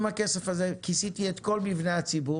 עם הכסף הזה כיסיתי את כל מבני הציבור,